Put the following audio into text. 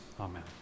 Amen